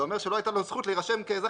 זה אומר שלא הייתה לו זכות להירשם כאזרח